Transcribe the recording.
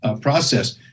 process